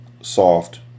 soft